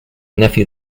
nephew